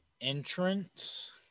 entrance